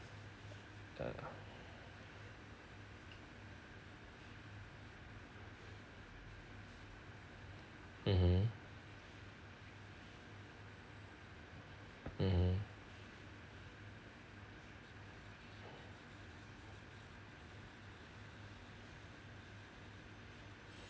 mmhmm mmhmm